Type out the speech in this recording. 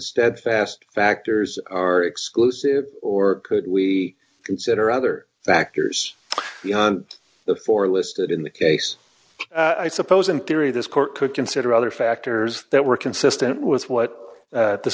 steadfast factors d are exclusive or could we consider other factors beyond the four listed in the case i suppose in theory this court could consider other factors that were consistent with what